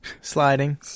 Sliding